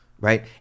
right